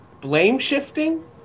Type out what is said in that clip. Blame-shifting